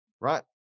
right